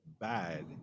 bad